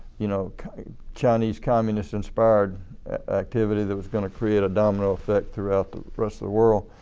you know chinese communists inspired activities that was going to create a domino effect throughout the rest of the world.